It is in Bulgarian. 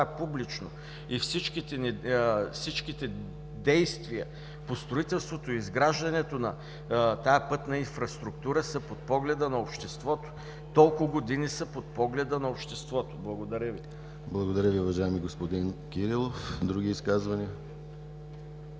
публично. Всичките действия по строителството и изграждането на пътната инфраструктура са под погледа на обществото, толкова години са под погледа на обществото. Благодаря Ви. ПРЕДСЕДАТЕЛ ДИМИТЪР ГЛАВЧЕВ: Благодаря Ви, уважаеми господин Кирилов. Други изказвания?